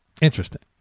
Interesting